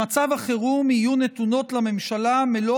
במצב החירום יהיו נתונות לממשלה מלוא